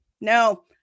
no